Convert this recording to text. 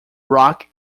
rock